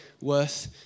worth